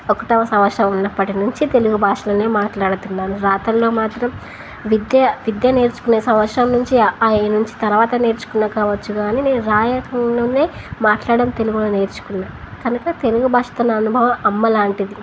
ఒకటవ సంవత్సరం ఉన్నప్పటి నుంచి తెలుగు భాషలోనే మాట్లాడుతున్నాను రాత్రల్లో మాత్రం విద్య విద్య నేర్చుకునే సంవత్సరం నుంచి ఆయ నుంచి తర్వాత నేర్చుకున్నా కావచ్చు కాని నేను రాయనే మాట్లాడం తెలుగులో నేర్చుకున్నా కనుక తెలుగు భాషతోన్న అనుభవం అమ్మ లాంటిది